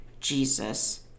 Jesus